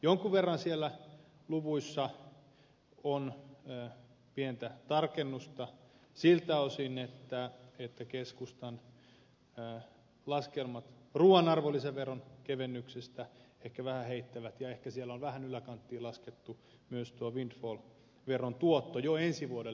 jonkun verran siellä luvuissa on pientä tarkennusta siltä osin että keskustan laskelmat ruuan arvonlisäveron kevennyksestä ehkä vähän heittävät ja ehkä siellä on vähän yläkanttiin laskettu myös tuo windfall veron tuotto jo ensi vuodelle